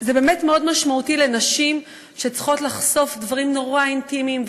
זה באמת מאוד משמעותי לנשים שצריכות לחשוף דברים נורא אינטימיים,